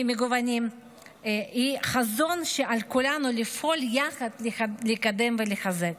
היא חזון שעל כולנו לפעול יחד לקדם ולחזק.